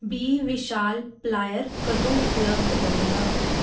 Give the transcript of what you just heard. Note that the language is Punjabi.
ਬੀ ਵਿਸ਼ਾਲ ਪਲਾਇਰ ਕਦੋਂ ਉਪਲਬਧ ਹੋਵੇਗਾ